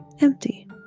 empty